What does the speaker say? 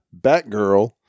Batgirl